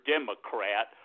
Democrat